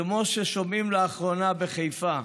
כמו ששומעים לאחרונה בחיפה.